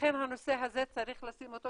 לכן צריך לשים את הנושא הזה,